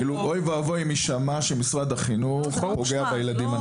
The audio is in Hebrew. אוי ואבוי אם יישמע שמשרד החינוך פוגע בילדים הנכים.